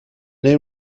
neu